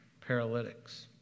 Paralytics